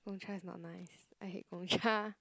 Gong-Cha is not nice I hate Gong-Cha